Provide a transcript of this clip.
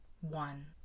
one